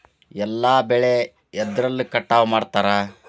ಎಲ್ಲ ಬೆಳೆ ಎದ್ರಲೆ ಕಟಾವು ಮಾಡ್ತಾರ್?